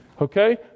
Okay